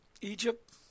Egypt